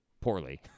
poorly